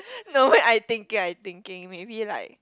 no wait I thinking I thinking maybe like